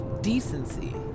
decency